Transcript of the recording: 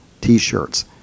t-shirts